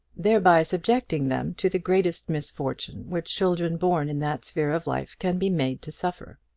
thereby subjecting them to the greatest misfortune which children born in that sphere of life can be made to suffer.